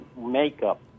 makeup